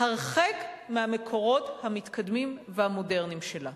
הרחק מהמקורות המתקדמים והמודרניים שלה.